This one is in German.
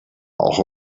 auch